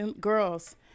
girls